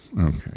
okay